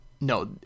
No